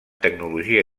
tecnologia